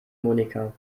monika